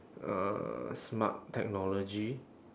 uh smart technology